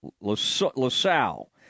LaSalle